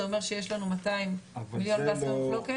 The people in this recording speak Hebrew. זה אומר שיש לנו 200 מיליון מס במחלוקת,